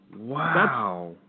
Wow